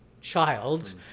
child